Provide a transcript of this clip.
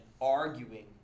arguing